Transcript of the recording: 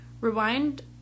rewind